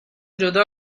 جدا